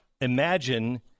Imagine